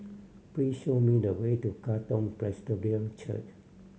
please show me the way to Katong Presbyterian Church